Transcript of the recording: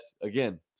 again